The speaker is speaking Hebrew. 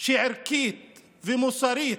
באופן שערכית ומוסרית